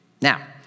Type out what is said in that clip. Now